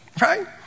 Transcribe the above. right